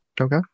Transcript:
Okay